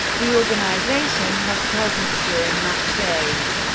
the organization has presence during match days,